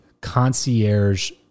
concierge